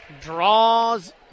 draws